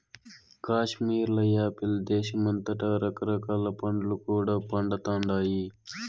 కాశ్మీర్ల యాపిల్ దేశమంతటా రకరకాల పండ్లు కూడా పండతండాయి